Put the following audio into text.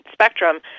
Spectrum